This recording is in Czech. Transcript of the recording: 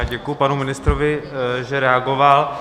Děkuji panu ministrovi, že reagoval.